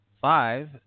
five